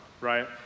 right